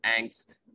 angst